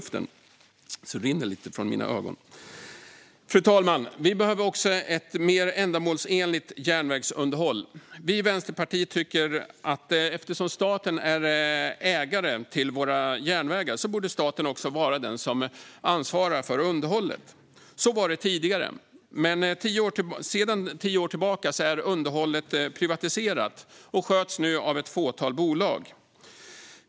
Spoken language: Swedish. Fru talman! Vi behöver också ett mer ändamålsenligt järnvägsunderhåll. Vi i Vänsterpartiet tycker att eftersom staten är ägare av våra järnvägar borde staten också vara den som ansvarar för underhållet av desamma. Så var det tidigare, men sedan tio år tillbaka är underhållet privatiserat och sköts nu av ett fåtal bolag.